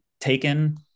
taken